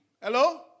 Hello